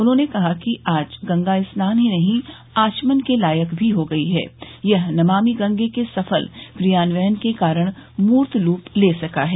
उन्होंने कहा आज गंगा स्नान ही नहीं आचमन की लायक भी हो गयी है यह नममि गंगे के सफल कियान्वयन के कारण मूर्त रूप ले सका है